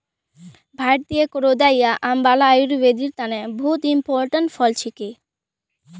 भारतीय करौदा या आंवला आयुर्वेदेर तने बहुत इंपोर्टेंट फल छिके